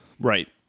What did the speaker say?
right